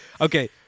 okay